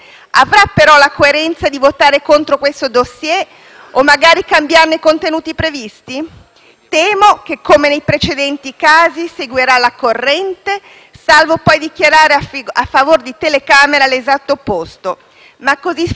Temo che, come nei precedenti casi, seguirà la corrente, salvo poi dichiarare a favor di telecamera l'esatto opposto. Ma, così facendo, non si fa il bene dell'Italia, né dell'Europa, tantomeno si diventa attori credibili.